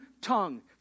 tongue